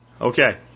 Okay